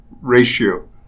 ratio